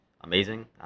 amazing